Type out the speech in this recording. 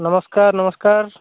ନମସ୍କାର ନମସ୍କାର